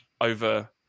over